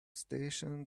station